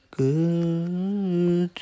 Good